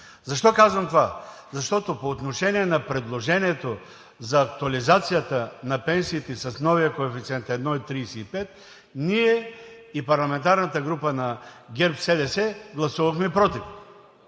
Защо казвам това? Защото по отношение на предложението за актуализацията на пенсиите с новия коефициент 1,35, ние и парламентарната група на ГЕРБ-СДС, гласувахме против.